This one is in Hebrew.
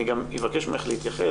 אני גם אבקש ממך להתייחס.